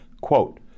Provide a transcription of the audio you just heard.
quote